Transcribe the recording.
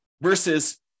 versus